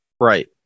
right